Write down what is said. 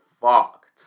fucked